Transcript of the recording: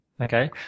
Okay